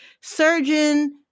Surgeon